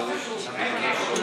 אין קשר.